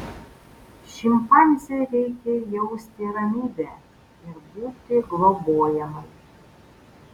šimpanzei reikia jausti ramybę ir būti globojamai